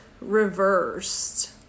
reversed